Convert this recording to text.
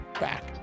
back